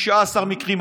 16 מקרים.